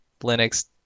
Linux